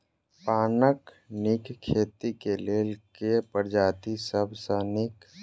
पानक नीक खेती केँ लेल केँ प्रजाति सब सऽ नीक?